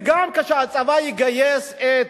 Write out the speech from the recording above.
וגם כשהצבא יגייס את